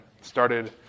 Started